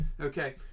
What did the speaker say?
Okay